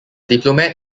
diplomat